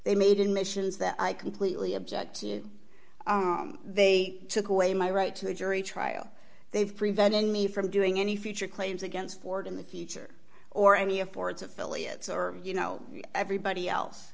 they made in missions that i completely objective they took away my right to a jury trial they've prevented me from doing any future claims against ford in the future or any of ford's affiliates or you know everybody else